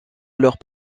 alors